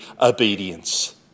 obedience